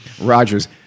Rogers